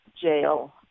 jail